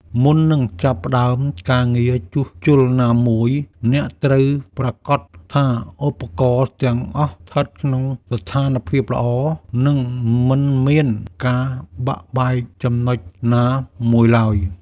មុននឹងចាប់ផ្តើមការងារជួសជុលណាមួយ អ្នកត្រូវប្រាកដថាឧបករណ៍ទាំងអស់ស្ថិតក្នុងស្ថានភាពល្អ និងមិនមានការបាក់បែកចំណុចណាមួយឡើយ។